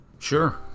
Sure